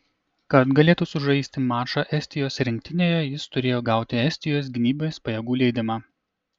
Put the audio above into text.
kad galėtų sužaisti mačą estijos rinktinėje jis turėjo gauti estijos gynybos pajėgų leidimą